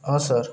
हा सर